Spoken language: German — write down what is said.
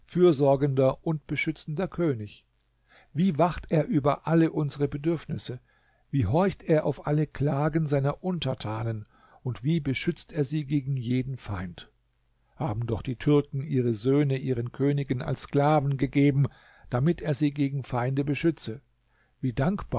fürsorgender und beschützender könig wie wacht er über alle unsere bedürfnisse wie horcht er auf alle klagen seiner untertanen und wie beschützt er sie gegen jeden feind haben doch die türken ihre söhne ihren königen als sklaven gegeben damit er sie gegen feinde beschütze wie dankbar